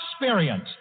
experience